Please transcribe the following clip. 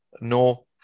No